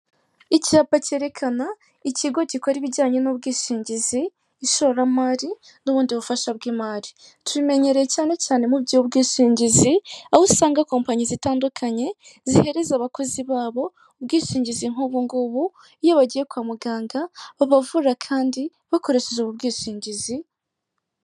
Icyapa cyerekana ikigo gikora ibijyanye n'ubwishingizi, ishoramari n'ubundi ubufasha bw'imari, tubimenyereye cyane cyane mu by'ubwishingizi aho usanga kopanyi zitandukanye zihereza abakozi babo ubwishingizi nkubungubu, iyo bagiye kwa muganga babavura kandi bakoresheje ubwishingizi.